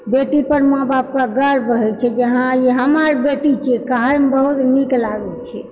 बेटी पर माँ बापके गर्व हइ छै जे हँ ई हमर बेटी छिऐ कहएमे बहुत नीक लागैत छै